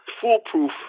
foolproof